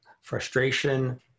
Frustration